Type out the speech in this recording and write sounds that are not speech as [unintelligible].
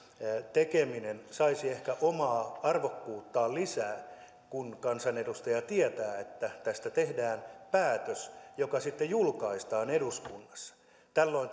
tekeminen saisi ehkä omaa arvokkuuttaan lisää kun kansanedustaja tietää että tästä tehdään päätös joka sitten julkaistaan eduskunnassa tällöin [unintelligible]